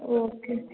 okay